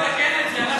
אנחנו נתקן את זה.